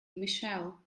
michelle